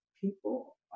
people